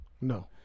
No